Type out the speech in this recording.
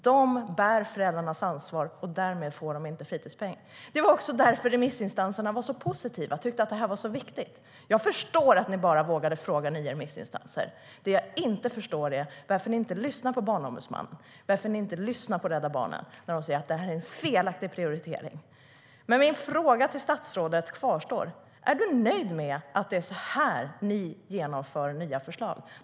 De bär föräldrarnas ansvar, och de får ingen fritidspeng. Min fråga till statsrådet kvarstår. Är du nöjd med att det är så här ni genomför nya förslag?